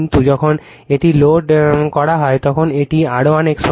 কিন্তু যখন এটি লোড করা হয় তখন এটি R1 X1